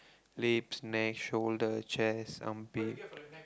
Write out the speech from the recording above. lips neck shoulder chest armpit